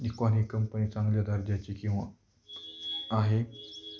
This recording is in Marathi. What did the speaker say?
निकॉन ही कंपनी चांगल्या दर्जाची किंवा आहे